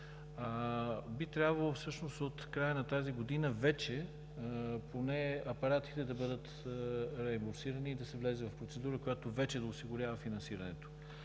би трябвало всъщност от края на тази година вече поне апаратите да бъдат реимбурсирани и да се влезе в процедура, която вече да осигурява финансирането.